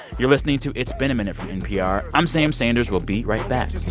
you're listening to it's been a minute from npr. i'm sam sanders. we'll be right back